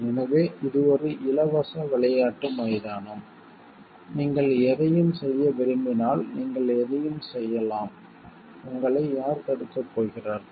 எனவே இது ஒரு இலவச விளையாட்டு மைதானம் நீங்கள் எதையும் செய்ய விரும்பினால் நீங்கள் எதையும் செய்யலாம் உங்களை யார் தடுக்கப் போகிறார்கள்